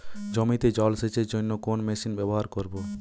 জমিতে জল সেচের জন্য কোন মেশিন ব্যবহার করব?